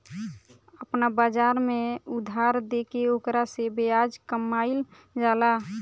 आपना बाजार में उधार देके ओकरा से ब्याज कामईल जाला